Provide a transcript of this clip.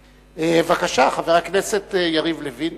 בבקשה, חבר הכנסת יריב לוין.